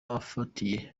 afatiye